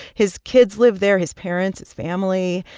his kids live there his parents, his family.